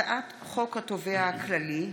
הצעת חוק התובע הכללי,